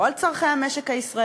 לא על צורכי המשק הישראלי,